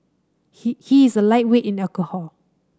he he is a lightweight in alcohol